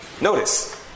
notice